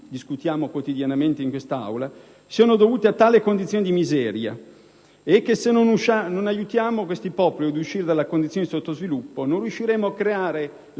discutiamo quotidianamente in Aula sono dovuti a tali condizioni di miseria. Se, quindi, non aiutiamo questi popoli ad uscire da condizioni di sottosviluppo, non riusciremo a creare